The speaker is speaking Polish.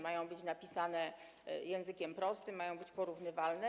Mają być napisane językiem prostym, mają być porównywalne.